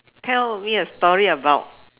tell me a story about